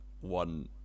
one